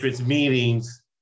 meetings